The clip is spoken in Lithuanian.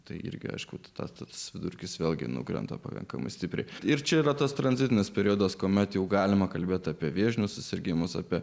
tai irgi aišku tas vidurkis vėlgi nukrenta pakankamai stipri ir čia yra tas tranzitinis periodas kuomet jau galima kalbėti apie vėžinius susirgimus apie